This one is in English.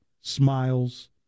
smiles